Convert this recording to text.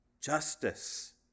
justice